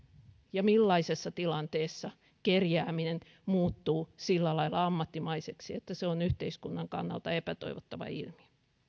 ja millaisessa tilanteessa kerjääminen muuttuu sillä lailla ammattimaiseksi että se on yhteiskunnan kannalta epätoivottava ilmiö no